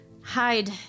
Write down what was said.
hide